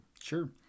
Sure